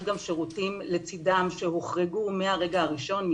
גם שירותים לצדם שהוחרגו מהרגע הראשון,